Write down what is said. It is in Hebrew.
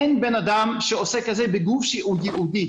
אין בן אדם שעוסק בזה בגוף שהוא ייעודי.